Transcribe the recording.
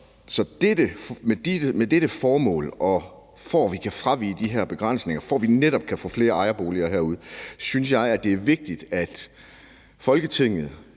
parallelsamfundsaftalen. For at vi kan fravige de her begrænsninger, og for at vi netop kan få flere ejerboliger, synes jeg det er vigtigt, at Folketinget